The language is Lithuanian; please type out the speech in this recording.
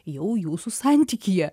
jau jūsų santykyje